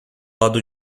lado